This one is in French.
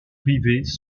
privées